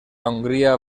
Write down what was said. hongria